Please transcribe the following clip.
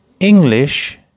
English